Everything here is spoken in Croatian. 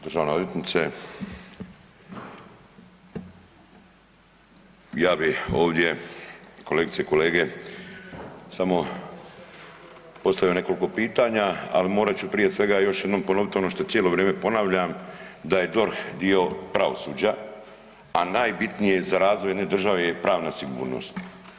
Državna odvjetnice ja bi ovdje kolegice i kolege samo postavio nekoliko pitanja, ali morat ću prije svega još jednom ponovit ono što cijelo vrijeme ponavljam da je DORH dio pravosuđa, a najbitnije za razvoj jedne države je pravna sigurnost.